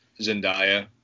Zendaya